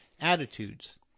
attitudes